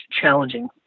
challenging